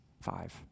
five